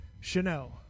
Chanel